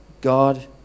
God